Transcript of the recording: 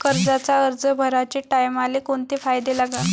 कर्जाचा अर्ज भराचे टायमाले कोंते कागद लागन?